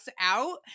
out